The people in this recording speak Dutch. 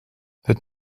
het